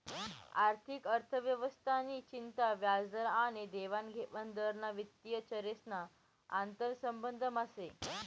आर्थिक अर्थव्यवस्था नि चिंता व्याजदर आनी देवानघेवान दर ना वित्तीय चरेस ना आंतरसंबंधमा से